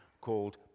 called